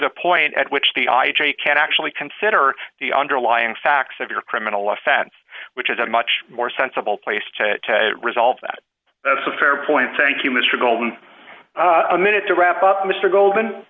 the point at which the i j a can actually consider the underlying facts of your criminal offense which is a much more sensible place to resolve that that's a fair point thank you mr golden a minute to wrap up mr goldman